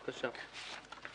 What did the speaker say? בבקשה,